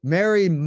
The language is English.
Mary